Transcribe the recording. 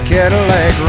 Cadillac